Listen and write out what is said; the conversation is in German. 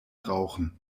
rauchen